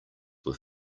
were